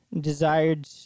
desired